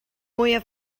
mwyaf